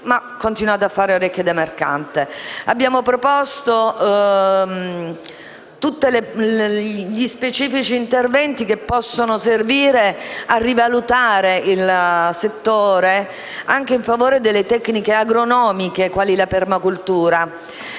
ma continuate a fare orecchie da mercante. Abbiamo proposto specifici interventi per rivalutare il settore anche in favore delle tecniche agronomiche, quali la permacultura.